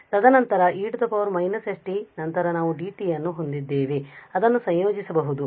ತದನಂತರ e −st ಮತ್ತು ನಂತರ ನಾವು dtಯನ್ನು ಹೊಂದಿದ್ದೇವೆ ಅದನ್ನು ಸಂಯೋಜಿಸಬಹುದು